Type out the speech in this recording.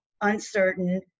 uncertain